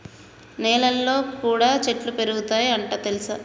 నెలల్లో కూడా చెట్లు పెరుగుతయ్ అంట తెల్సా